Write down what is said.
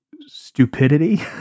stupidity